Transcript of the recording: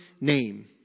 name